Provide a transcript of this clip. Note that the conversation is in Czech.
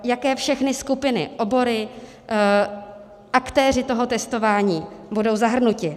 Jaké všechny skupiny, obory, aktéři toho testování budou zahrnuti.